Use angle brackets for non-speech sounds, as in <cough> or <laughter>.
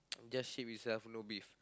<noise> just sheep itself no beef